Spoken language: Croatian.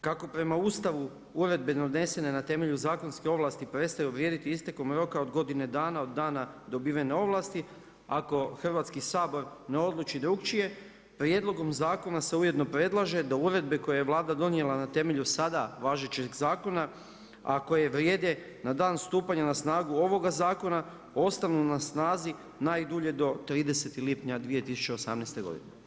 Kako prema Ustavu uredbe donesene na temelju zakonske ovlasti prestaju vrijediti istekom roka od godine dana od dana dobivene ovlasti ako Hrvatski sabor ne odluči drukčije prijedlogom zakona se ujedno predlaže da uredbe koje je Vlada donijela na temelju sada važećeg zakona a koje vrijede na dan stupanja na snagu ovoga Zakona ostanu na snazi najdulje do 30. lipnja 2018. godine.